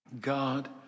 God